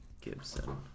Gibson